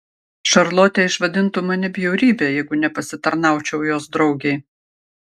šarlotė išvadintų mane bjaurybe jeigu nepasitarnaučiau jos draugei